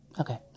Okay